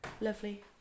lovely